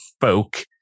folk